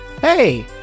Hey